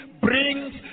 brings